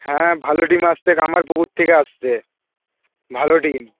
হ্যাঁ ভালো টিম আসছে কামারপুকুর থেকে আসছে ভালো টিম